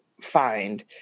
find